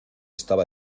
estaba